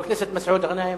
חבר הכנסת מסעוד גנאים,